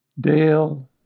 Dale